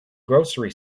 grocery